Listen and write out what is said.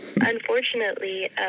unfortunately